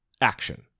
action